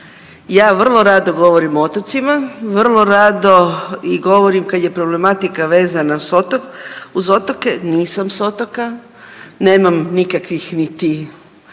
ja vrlo rado govorim o otocima, vrlo rado i govorim kad je problematika vezana uz otoke, nisam s otoka, nemam nikakvih niti